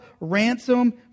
ransom